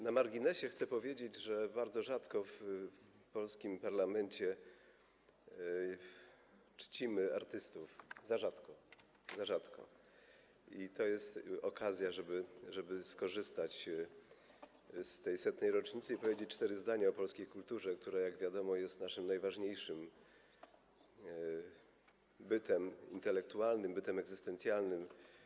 Na marginesie chcę powiedzieć, że bardzo rzadko w polskim parlamencie czcimy artystów - za rzadko, za rzadko - i to jest okazja, żeby skorzystać z tej 100. rocznicy i powiedzieć cztery zdania o polskiej kulturze, która jak wiadomo jest naszym najważniejszym bytem intelektualnym, bytem egzystencjalnym.